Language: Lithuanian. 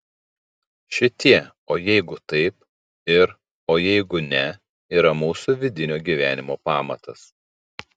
šitie o jeigu taip ir o jeigu ne yra mūsų vidinio gyvenimo pamatas